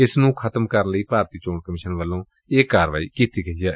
ਜਿਸ ਨੂੰ ਖਤਮ ਕਰਨ ਲਈ ਭਾਰਤੀ ਚੋਣ ਕਮਿਸ਼ਨ ਵੱਲੋਂ ਇਹ ਕਾਰਵਾਈ ਕੀਤੀ ਗਈ ਏ